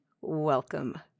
Welcome